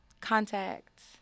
contacts